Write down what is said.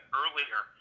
earlier